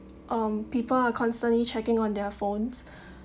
um people are constantly checking on their phones